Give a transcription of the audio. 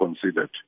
considered